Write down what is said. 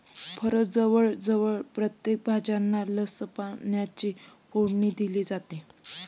प्रजवळ जवळ प्रत्येक भाज्यांना लसणाची फोडणी दिली जाते